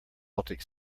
baltic